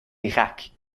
irak